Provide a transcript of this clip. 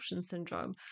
syndrome